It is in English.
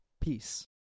Peace